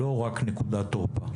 לא רק נקודת תורפה.